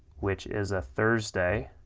which is a thursday,